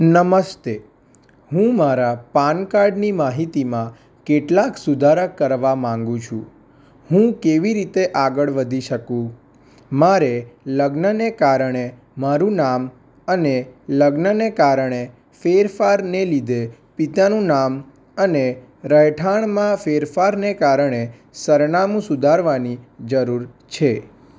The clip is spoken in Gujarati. નમસ્તે હું મારા પાનકાર્ડની માહિતીમાં કેટલાક સુધારા કરવા માગું છું હું કેવી રીતે આગળ વધી શકું મારે લગ્નને કારણે મારું નામ અને લગ્નને કારણે ફેરફારને લીધે પિતાનું નામ અને રહેઠાણમાં ફેરફારને કારણે સરનામુ સુધારવાની જરૂર છે